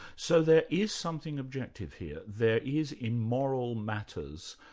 so there is something objective here. there is in moral matters,